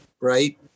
right